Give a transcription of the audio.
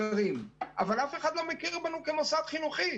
אבל אף אחד לא מכיר בנו כמוסד חינוכי.